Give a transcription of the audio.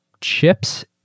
chips